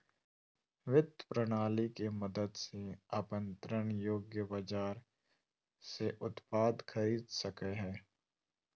वित्त प्रणाली के मदद से अपन ऋण योग्य बाजार से उत्पाद खरीद सकेय हइ